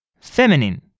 Feminine